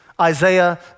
Isaiah